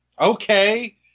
Okay